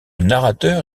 narrateur